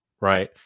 right